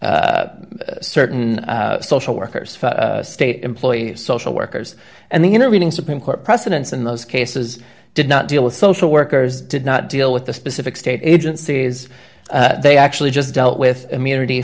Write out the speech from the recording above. certain social workers state employees social workers and the intervening supreme court precedents in those cases did not deal with social workers did not deal with the specific state agencies they actually just dealt with immunity